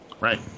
right